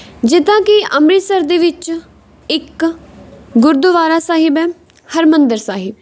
ਜਿੱਦਾਂ ਕਿ ਅੰਮ੍ਰਿਤਸਰ ਦੇ ਵਿੱਚ ਇੱਕ ਗੁਰਦੁਆਰਾ ਸਾਹਿਬ ਹੈ ਹਰਿਮੰਦਰ ਸਾਹਿਬ